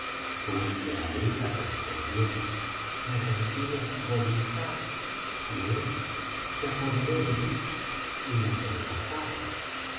contigo dulce amiga respondió me rendí á su voluntad y él se apoderó de mí y nos enlazamos